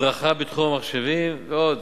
הדרכה בתחום המחשבים ועוד.